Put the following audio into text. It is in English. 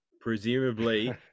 presumably